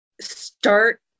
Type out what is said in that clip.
start